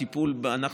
אגב,